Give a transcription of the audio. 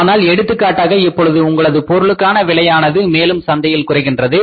ஆனால் எடுத்துக்காட்டாக இப்பொழுது உங்களது பொருளுக்கான விலையானது மேலும் சந்தையில் குறைகின்றது